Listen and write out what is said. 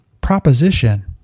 proposition